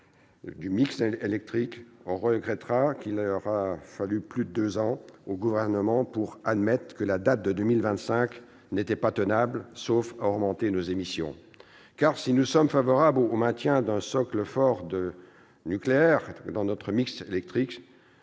du mix électrique. On regrettera qu'il ait fallu plus de deux ans au Gouvernement pour admettre que la date de 2025 n'était pas tenable, sauf à augmenter nos émissions Si nous sommes favorables au maintien d'un socle fort de nucléaire dans notre mix électrique,